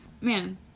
man